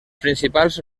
principals